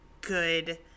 good